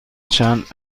چند